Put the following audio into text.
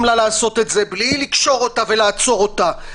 לה לעשות את זה בלי לקשור אותה ולעצור אותה.